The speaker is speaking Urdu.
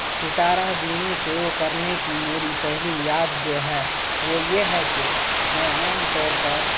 ستارہ بینی شروع کرنے کی میری پہلی یاد جو ہے وہ یہ ہے کہ میں عام طور پر